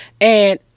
and-